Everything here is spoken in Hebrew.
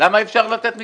למה אי אפשר לתת מקדמות?